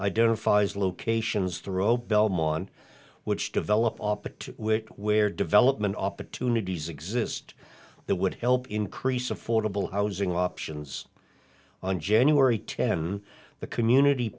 identifies locations the row belmont which develop off it where development opportunities exist that would help increase affordable housing options on january tenth on the community